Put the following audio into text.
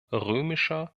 römischer